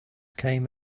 came